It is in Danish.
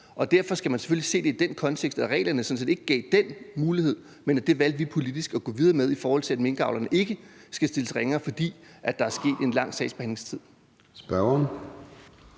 Derfor skal man selvfølgelig også se det i den kontekst, at reglerne sådan set ikke gav den mulighed, men at vi politisk valgte at gå videre med det, i forhold til at minkavlerne ikke skal stilles ringere, fordi der har været en lang sagsbehandlingstid.